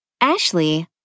Ashley